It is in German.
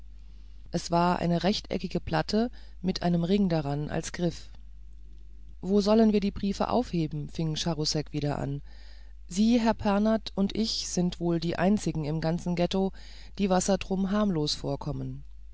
es war eine viereckige platte mit einem ring daran als griff wo sollen wir die briefe aufheben fing charousek wieder an sie herr pernath und ich sind wohl die einzigen im ganzen ghetto die wassertrum harmlos vorkommen